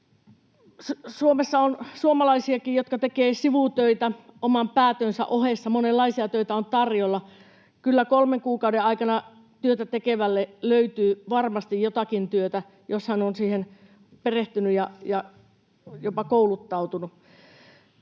Suomessa on suomalaisiakin, jotka tekevät sivutöitä oman päätyönsä ohessa. Monenlaisia töitä on tarjolla. Kyllä kolmen kuukauden aikana työtä tekevälle löytyy varmasti jotakin työtä, jos hän on siihen perehtynyt ja jopa kouluttautunut.